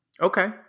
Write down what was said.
Okay